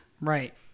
Right